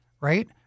Right